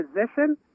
position –